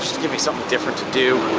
to give me something different to do.